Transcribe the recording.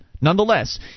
Nonetheless